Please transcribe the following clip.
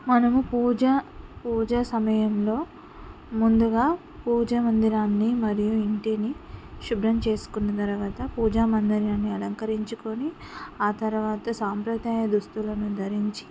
మనము పూజా పూజా సమయంలో ముందుగా పూజామందిరాన్ని మరియు ఇంటిని శుభ్రం చేసుకున్న తరువాత పూజామందిరాన్ని అలంకరించుకొని ఆ తర్వాత సాంప్రదాయ దుస్తులను ధరించి